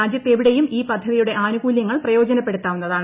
രാജ്യത്തെവിടെയും ഈ പ്പ്യൂർതിയുടെ ആനുകൂല്യങ്ങൾ പ്രയോജന പ്പെടുത്താവുന്നതാണ്